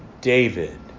David